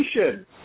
education